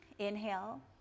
inhale